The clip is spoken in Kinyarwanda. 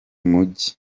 mujyi